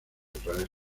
israel